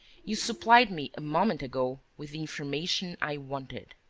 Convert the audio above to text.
you supplied me, a moment ago, with the information i wanted.